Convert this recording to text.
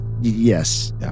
Yes